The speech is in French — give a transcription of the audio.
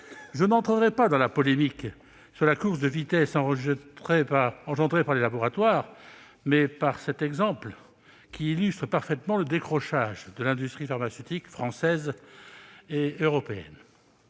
Je n'entrerai pas dans la polémique sur la course de vitesse engagée par les laboratoires, mais cet exemple illustre parfaitement le décrochage de l'industrie pharmaceutique française et européenne.